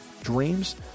dreams